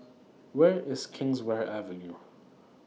Where IS Kingswear Avenue